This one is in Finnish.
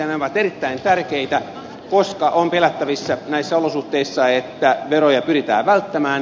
ne ovat erittäin tärkeitä koska on pelättävissä näissä olosuhteissa että veroja pyritään välttämään